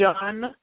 John